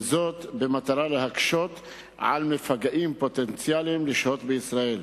וזאת במטרה להקשות על מפגעים פוטנציאליים לשהות בישראל.